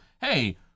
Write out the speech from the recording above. hey